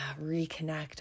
reconnect